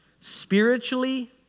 spiritually